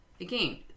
Again